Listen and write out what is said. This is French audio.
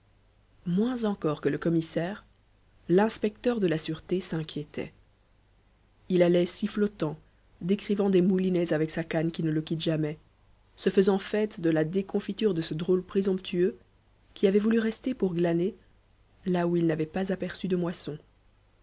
moins encore que le commissaire l'inspecteur de la sûreté s'inquiétait il allait sifflotant décrivant des moulinets avec sa canne qui ne le quitte jamais se faisant fête de la déconfiture de ce drôle présomptueux qui avait voulu rester pour glaner là où il n'avait pas aperçu de moisson